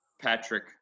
Patrick